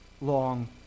long